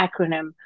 acronym